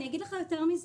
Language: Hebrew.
אני אגיד לך יותר מזה,